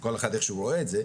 כל אחד איך שהוא רואה את זה,